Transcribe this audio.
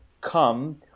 come